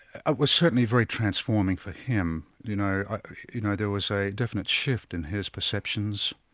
ah was certainly very transforming for him. you know you know there was a definite shift in his perceptions,